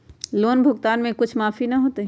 Loan भुगतान में कुछ माफी न होतई?